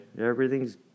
Everything's